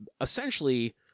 essentially